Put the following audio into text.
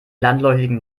landläufigen